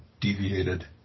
deviated